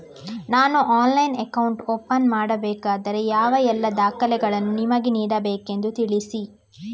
ನಾನು ಆನ್ಲೈನ್ನಲ್ಲಿ account open ಮಾಡಬೇಕಾದರೆ ಯಾವ ಎಲ್ಲ ದಾಖಲೆಗಳನ್ನು ನಿಮಗೆ ನೀಡಬೇಕೆಂದು ತಿಳಿಸಿ?